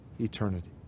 eternity